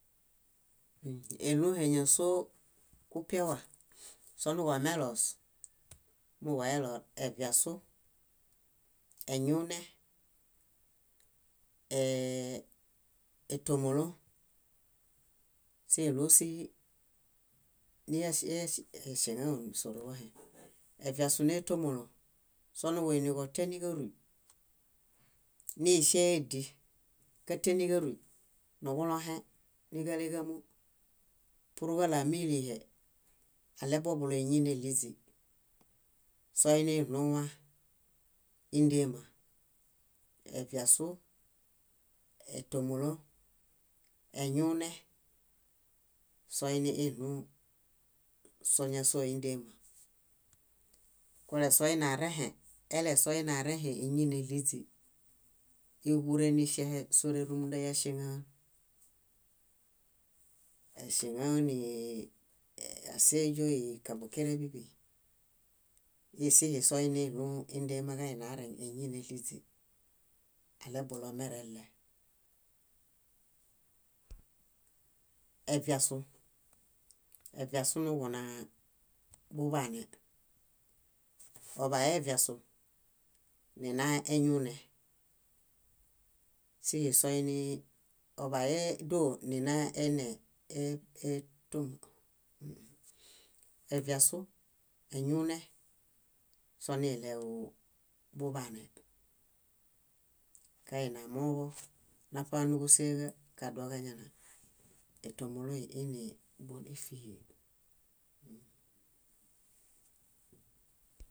. Iɭũũhe ñásoo kupiawa, sonuġuemeloos, muġueloeñuune, eviasu, eee- étomolo. Siɭũũ síhi niyaŝe- yáŝeŋaon sóruwahem. Eviasu nétomolo sónuġuiniġotianiġaruy, niŝee édi. Kátianiġaruy, nuġulõhe níḃuleġamo purġaɭo ámilihe aɭeboḃuloos éñineɭiźi. Soiniɭũũwa, índema eviasu, étomolo, eñuune soiniiɭũũ sóñasoindema. Kolesoinearẽhe, elesoinearẽhe éñineɭiźi. Íġure niŝahe sórerumunda yáŝeŋaon, yáŝeŋaoni, áseźoi, kambukere bíḃi. Íisihi soiniɭũũwa índema kainiareŋ éñineɭiźi aɭebulomerelle. Eviasu, eviasu nuġuna buḃaane. Oḃayueviasu, nina eñuune. Síhi soinii oḃayu ene e- e- tõk- eviasu, eñuune soniɭebuḃaane kaini amooġo naṗa núġuseġa kadoġana, étomoloi inee bón ífiġiḃa? Ũũ.